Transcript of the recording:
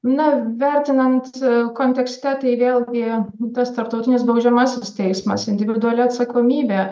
na vertinant kontekste tai vėlgi nu tas tarptautinis baudžiamasis teismas individuali atsakomybė